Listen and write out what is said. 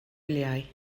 wyliau